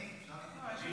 להעביר